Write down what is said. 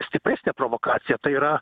stipresnė provokacija tai yra